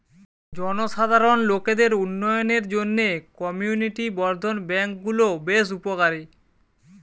জনসাধারণ লোকদের উন্নয়নের জন্যে কমিউনিটি বর্ধন ব্যাংক গুলো বেশ উপকারী